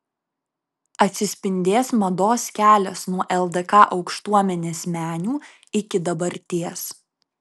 atsispindės mados kelias nuo ldk aukštuomenės menių iki dabarties